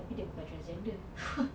tapi dia bukan transgender